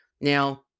Now